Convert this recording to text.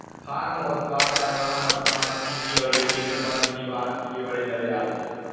farm उत्पाद, परिवहन उपकरण, मशीनरी और रेडीमेड वस्त्र भी भारत के लिए बड़े निर्यात हैं